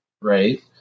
right